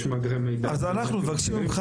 יש מאגרי מידע --- אז אנחנו מבקשים ממך